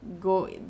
go